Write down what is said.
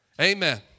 Amen